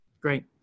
Great